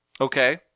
Okay